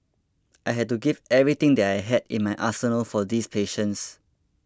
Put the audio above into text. I had to give everything that I had in my arsenal for these patients